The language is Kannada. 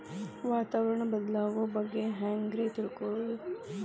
ವಾತಾವರಣ ಬದಲಾಗೊದ್ರ ಬಗ್ಗೆ ಹ್ಯಾಂಗ್ ರೇ ತಿಳ್ಕೊಳೋದು?